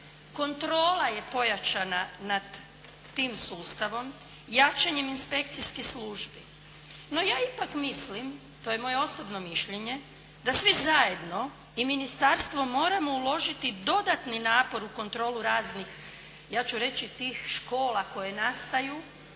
kontrola je pojačana nad tim sustavom jačanjem inspekcijskih službi. No, ja ipak mislim, to je moje osobno mišljenje da svi zajedno i ministarstvo moramo uložiti dodatni napor u kontrolu raznih, ja ću reći tih škola koje nastaju,